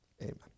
amen